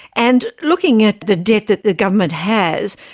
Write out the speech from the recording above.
and looking at the debt that the government has,